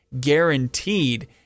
guaranteed